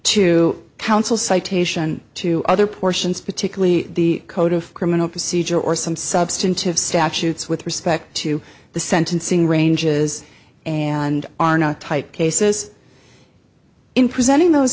to counsel citation to other portions particularly the code of criminal procedure or some substantive statutes with respect to the sentencing ranges and are not tight cases in presenting those